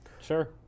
sure